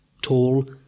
tall